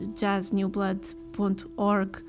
jazznewblood.org